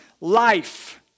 life